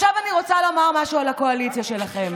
עכשיו אני רוצה להגיד משהו על הקואליציה שלכם.